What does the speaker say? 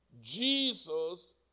Jesus